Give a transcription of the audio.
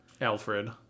alfred